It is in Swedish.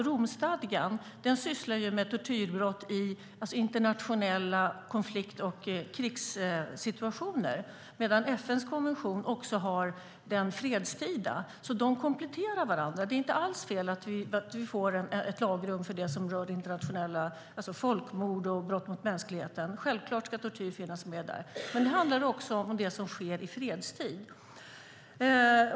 Romstadgan sysslar med tortyrbrott i internationella konflikt och krigssituationer, medan FN:s konvention också innefattar det fredstida, så dessa kompletterar varandra. Det är inte alls fel att vi får ett lagrum för det som rör folkmord och brott mot mänskligheten. Självklart ska tortyr finnas med där. Men det handlar också om det som sker i fredstid.